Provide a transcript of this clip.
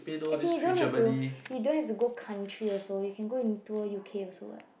as in you don't have to you don't have to go country also you can go and tour U_K also [what]